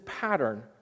pattern